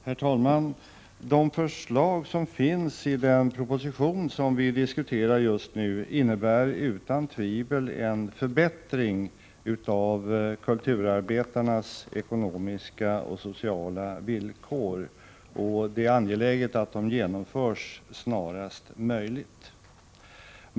Herr talman! De förslag som finns i den proposition som vi diskuterar just nu innebär utan tvivel en förbättring av kulturarbetarnas ekonomiska och sociala villkor, och det är angeläget att de genomförs snarast möjligt.